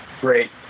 great